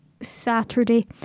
Saturday